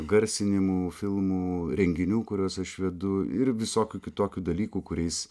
garsinimų filmų renginių kuriuos aš vedu ir visokių kitokių dalykų kuriais